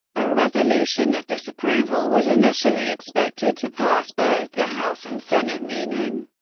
a resolution of disapproval was initially expected to pass both the house and senate, meaning,